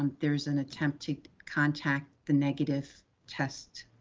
um there's an attempt to contact the negative test,